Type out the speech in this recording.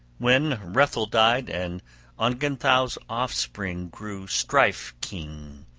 when hrethel died, and ongentheow's offspring grew strife-keen,